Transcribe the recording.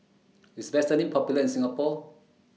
IS Vaselin Popular in Singapore